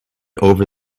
over